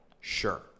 Sure